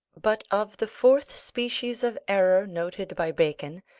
but of the fourth species of error noted by bacon,